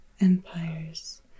empires